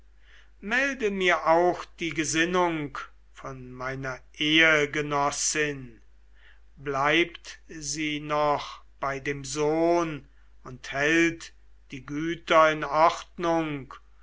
melde mir auch die gesinnung von meiner ehegenossin bleibt sie noch bei dem sohn und hält die güter in ordnung